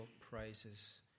praises